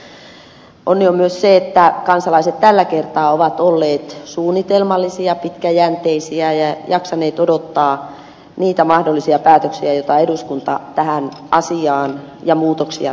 onni on myös se että kansalaiset tällä kertaa ovat olleet suunnitelmallisia pitkäjänteisiä ja jaksaneet odottaa niitä mahdollisia päätöksiä ja muutoksia joita eduskunta tähän asiaan tekee